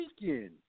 weekend